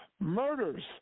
murders